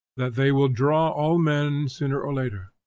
that they will draw all men sooner or later.